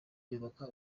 yubaka